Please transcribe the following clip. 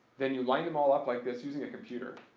then you line them all up like this using a computer,